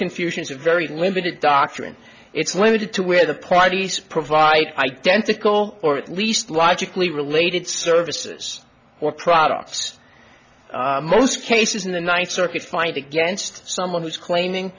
confusion is a very limited doctrine it's limited to where the parties provide identical or at least logically related services or products most cases in the ninth circuit find against someone who's